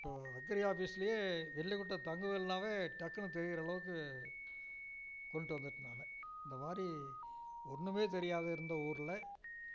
agri ஆபீஸ்லயே நெல்லிக்குட்டம் தங்கவேலுனாவே டக்குனு தெரிகிற அளவுக்கு கொண்டு வந்துட்டேன் நான் இந்த மாதிரி ஒன்றுமே தெரியாத இருந்த ஊர்ல